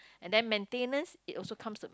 and then maintenance it also comes of